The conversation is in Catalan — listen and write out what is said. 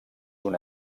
una